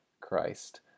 Christ